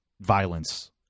violence